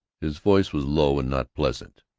his voice was low and not pleasant.